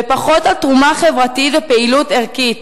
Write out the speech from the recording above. ופחות על תרומה חברתית ופעילות ערכית.